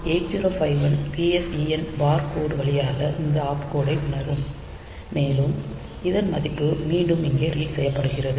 8051 PSEN பார் கோடு வழியாக இந்த ஆப்கோடை உணரும் மேலும் இதன் மதிப்பு மீண்டும் இங்கே ரீட் செய்யப்படுகிறது